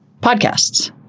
podcasts